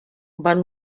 van